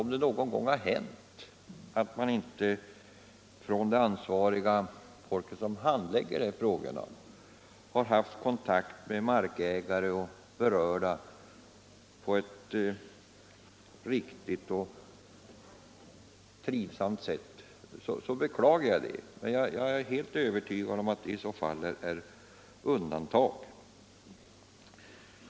Om det någon gång har hänt att de ansvariga som handlägger dessa frågor inte har haft kontakt med markägare och andra berörda på ett riktigt och trivsamt sätt beklagar jag det. Jag är helt övertygad om att det i så fall är undantag.